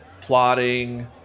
plotting